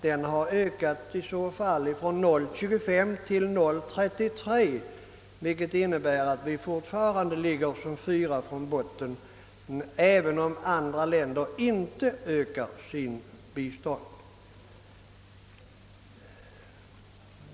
Den har i så fall ökat från 0,25 till 0,33 procent, vilket innebär att vi fortfarande ligger fyra från botten, även om de andra länderna inte skulle ha ökat sitt bistånd.